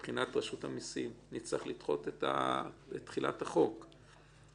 מבחינת רשות המיסים אזי נצטרך לדחות את תחילת תחולתו של החוק.